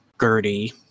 gertie